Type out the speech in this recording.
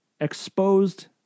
exposed